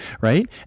right